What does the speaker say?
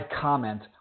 comment